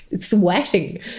sweating